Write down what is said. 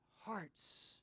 hearts